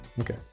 Okay